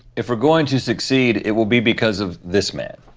if we're going to succeed, it will be because of this man.